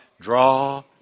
draw